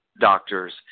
doctors